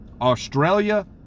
australia